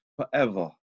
forever